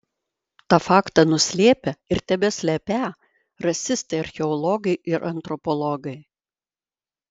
tą faktą nuslėpę ir tebeslepią rasistai archeologai ir antropologai